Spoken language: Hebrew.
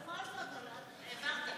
בכל זאת העברת את זה.